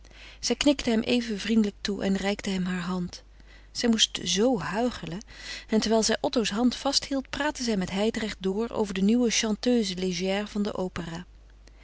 zij knikte hem even vriendelijk toe en reikte hem hare hand zij moest zoo huichelen en terwijl zij otto's hand vasthield praatte zij met hijdrecht door over de nieuwe chanteuse légère van de opera